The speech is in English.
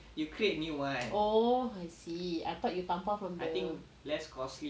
oh I see I though you tampal from the